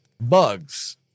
Bugs